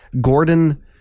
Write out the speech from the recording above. Gordon